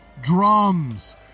drums